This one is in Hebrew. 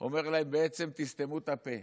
הוא אומר להם בעצם: תסתמו את הפה.